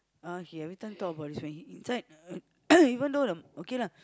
uh he everytime talk about this when he inside even though the okay lah